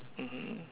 mmhmm